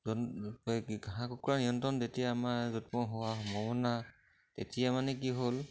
এই কি হাঁহ কুকুৰা নিয়ন্ত্ৰণ যেতিয়া আমাৰ জন্ম হোৱা সম্ভাৱনা তেতিয়া মানে কি হ'ল